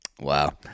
wow